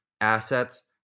assets